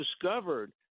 discovered